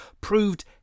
proved